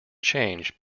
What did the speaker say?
change